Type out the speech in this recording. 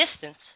distance